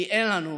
כי אין לנו